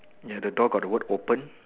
ya the door got the word open